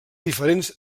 diferents